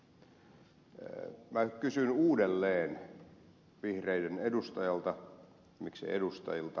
minä kysyn uudelleen vihreiden edustajalta miksei edustajilta